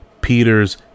Peter's